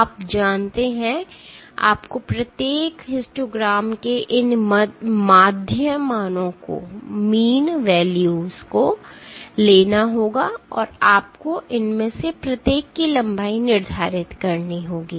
आप जानते हैं आपको प्रत्येक हिस्टोग्राम के इन माध्य मानों को लेना होगा और आपको इनमें से प्रत्येक की लंबाई निर्धारित करनी होगी